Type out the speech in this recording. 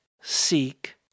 seek